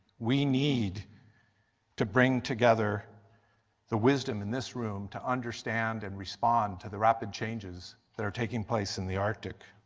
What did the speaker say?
we need to bring together the wisdom in this room to understand and respond to the rapid changes that are taking place in the arctic